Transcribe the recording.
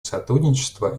сотрудничества